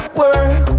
work